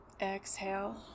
Exhale